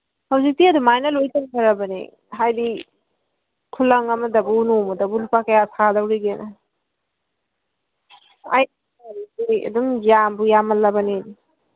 ꯍꯧꯖꯤꯛꯇꯤ ꯑꯗꯨꯃꯥꯏꯅ ꯂꯣꯏꯅ ꯇꯧꯅꯔꯕꯅꯦ ꯍꯥꯏꯕꯗꯤ ꯈꯨꯂꯪ ꯑꯃꯗꯕꯨ ꯅꯣꯡꯃꯗꯕꯨ ꯂꯨꯄꯥ ꯀꯌꯥ ꯁꯥꯒꯗꯧꯔꯤꯒꯦ ꯑꯗꯨꯝ ꯌꯥꯝꯕꯨ ꯌꯥꯝꯃꯜꯂꯕꯅꯦ